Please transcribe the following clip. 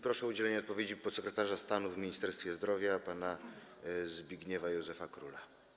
Proszę o udzielenie odpowiedzi podsekretarza stanu w Ministerstwie Zdrowia pana Zbigniewa Józefa Króla.